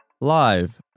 Live